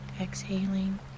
exhaling